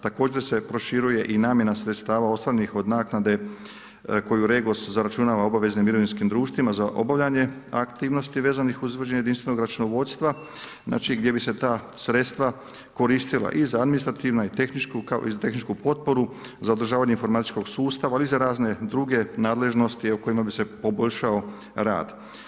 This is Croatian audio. Također se proširuje i namjena sredstava ostvarenih od naknade koju REGOS zaračunava obaveznim mirovinskim društvima za obavljanje aktivnosti vezanih uz izvođenje jedinstvenog računovodstva, znači gdje bi se ta sredstva koristila i za administrativna i tehničku potporu, za održavanje informatičkog sustava, ali i za razne druge nadležnosti u kojima bi se poboljšao rad.